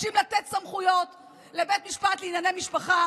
נראה לכם שבית משפט יכול להתיר לסנגור לשאול ילד: